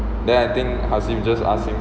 then I think hasif just ask him